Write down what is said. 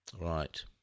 Right